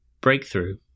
breakthrough